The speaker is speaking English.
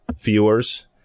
viewers